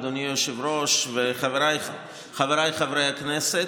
אדוני היושב-ראש וחברי חבריי הכנסת?